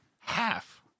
half